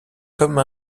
comme